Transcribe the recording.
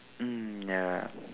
mm ya